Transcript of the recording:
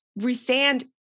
Resand